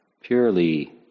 Purely